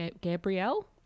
Gabrielle